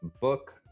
book